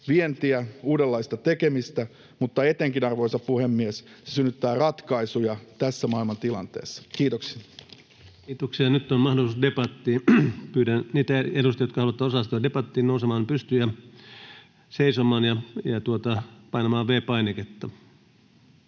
vientiä, uudenlaista tekemistä, mutta etenkin, arvoisa puhemies, se synnyttää ratkaisuja tässä maailmantilanteessa. — Kiitoksia. Kiitoksia. — Ja nyt on mahdollisuus debattiin. Pyydän niitä edustajia, jotka haluavat osallistua debattiin, nousemaan seisomaan ja painamaan V-painiketta.